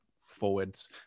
forwards